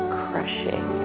crushing